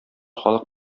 халык